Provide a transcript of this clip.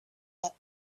but